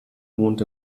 wohnt